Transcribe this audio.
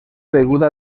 beguda